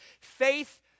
Faith